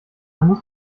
muss